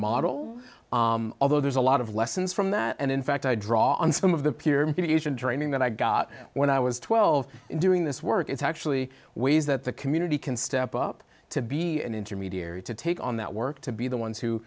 model although there's a lot of lessons from that and in fact i draw on some of the peer dreaming that i got when i was twelve doing this work it's actually ways that the community can step up to be an intermediary to take on that work to be the